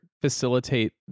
facilitate